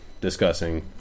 discussing